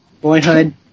Boyhood